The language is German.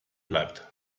bleibt